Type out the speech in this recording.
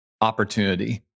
opportunity